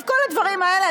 כל הדברים האלה,